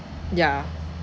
ya